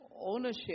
ownership